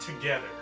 Together